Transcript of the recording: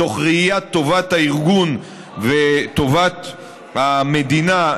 מתוך ראיית טובת הארגון וטובת המדינה,